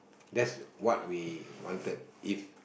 that's what we wanted if